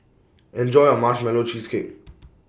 Enjoy your Marshmallow Cheesecake